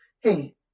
hey